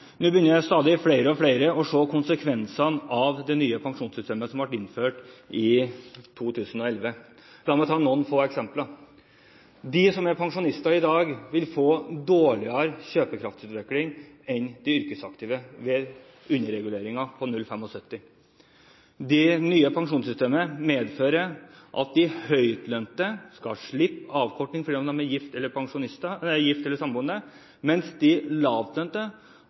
Nå begynner stadig flere å se konsekvensene av det nye pensjonssystemet som ble innført i 2011. La meg ta noen få eksempler: De som er pensjonister i dag, vil få dårligere kjøpekraftutvikling enn de yrkesaktive ved underreguleringen på 0,75 pst. Det nye pensjonssystemet medfører at de høytlønte skal slippe avkorting om de er gift eller samboende, mens de lavtlønte, altså renholdsarbeideren som er gift